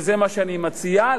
וזה מה שאני מציע,